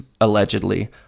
allegedly